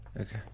Okay